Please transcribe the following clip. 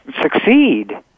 succeed